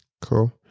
Cool